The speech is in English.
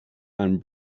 and